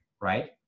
right